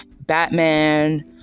Batman